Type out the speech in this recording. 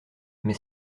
mais